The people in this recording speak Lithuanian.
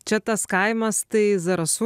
čia tas kaimas tai zarasų